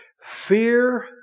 Fear